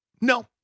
No